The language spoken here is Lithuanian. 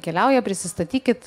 keliauja prisistatykit